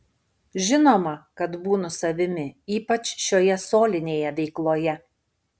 žinoma kad būnu savimi ypač šioje solinėje veikloje